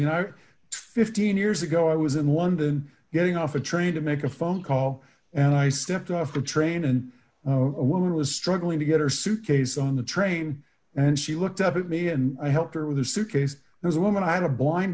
you know fifteen years ago i was in london getting off a train to make a phone call and i stepped off the train and a woman was struggling to get her suitcase on the train and she looked up at me and i helped her with the suitcase there's a woman i had a blind